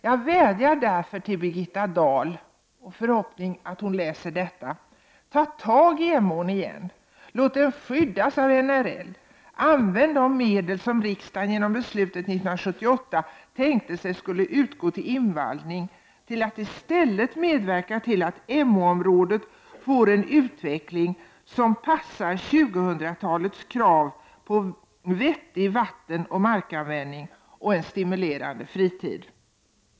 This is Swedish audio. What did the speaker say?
Jag vädjar därför till Birgitta Dahl, i förhoppningen att hon läser detta: ta tag i Emåfrågan igen, låt ån skyddas av NRL och använd de medel som riksdagen genom beslutet 1978 tänkte sig skulle utgå till invallning till att i stället medverka till att Emåområdet får en utveckling som passar 2000-talets krav på en vettig vattenoch markanvändning och en stimulerande fritid!